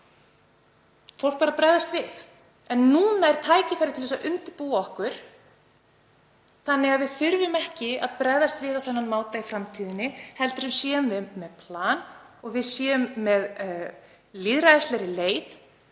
fólk var að bregðast við. En núna er tækifæri til þess að undirbúa okkur þannig að við þurfum ekki að bregðast við á þennan máta í framtíðinni heldur séum við með plan og við séum með lýðræðislegri leið